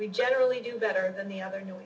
we generally do better than the other new